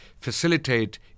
facilitate